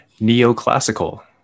Neoclassical